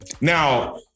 Now